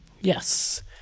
Yes